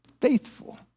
faithful